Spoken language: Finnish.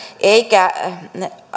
eikä